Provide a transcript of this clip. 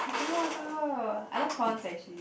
I cannot also I love prawns actually